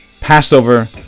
Passover